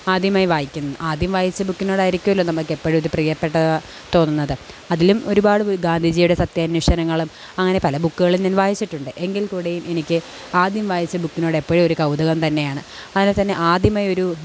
ആദ്യമായി വായിക്കുന്നത് ആദ്യം വായിച്ച ബുക്കിനോടായിരിക്കുമല്ലോ നമുക്കെപ്പോഴും ഒരു പ്രിയപ്പെട്ട തോന്നുന്നത് അതിലും ഒരുപാട് ഗാന്ധിജിയുടെ സത്യാന്വേഷണങ്ങളും അങ്ങനെ പല ബുക്കുകളും ഞാൻ വായിച്ചിട്ടുണ്ട് എങ്കിൽ കൂടേയും എനിക്ക് ആദ്യം വായിച്ച ബുക്കിനോടെപ്പോഴും ഒരു കൗതുകം തന്നെയാണ് അതിൽ തന്നെ ആദ്യമായൊരു